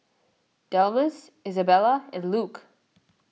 Delmas Isabella and Luke